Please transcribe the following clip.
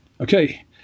Okay